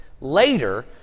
Later